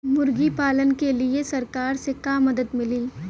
मुर्गी पालन के लीए सरकार से का मदद मिली?